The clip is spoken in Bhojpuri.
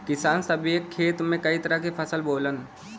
किसान सभ एक खेत में कई तरह के फसल बोवलन